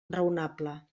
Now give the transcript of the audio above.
raonable